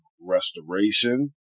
restoration